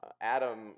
Adam